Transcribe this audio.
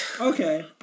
Okay